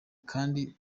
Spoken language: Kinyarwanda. kandi